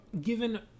given